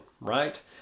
right